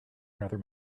another